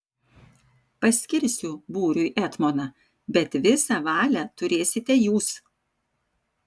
paskirsiu būriui etmoną bet visą valią turėsite jūs